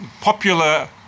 popular